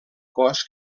cos